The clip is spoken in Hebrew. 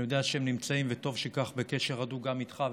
אני יודע שהם נמצאים בקשר הדוק גם איתך,